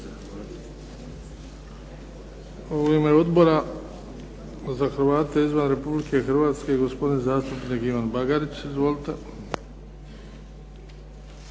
Hvala vam